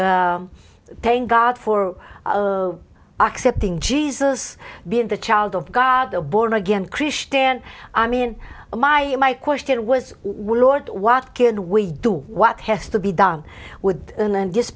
thank god for accepting jesus being the child of god a born again christian i mean my my question was will or what can we do what has to be done with